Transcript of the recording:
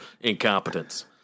incompetence